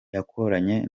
yakoranye